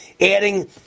adding